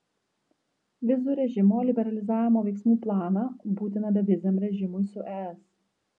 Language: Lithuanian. vizų režimo liberalizavimo veiksmų planą būtiną beviziam režimui su es